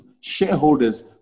shareholders